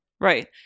right